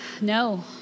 No